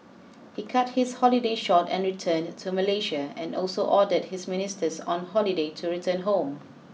he cut his holiday short and returned to Malaysia and also ordered his ministers on holiday to return home